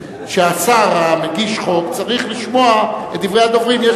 שהשר המגיש חוק צריך לשמוע את דברי הדוברים.